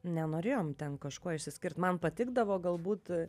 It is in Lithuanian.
nenorėjom ten kažkuo išsiskirt man patikdavo galbūt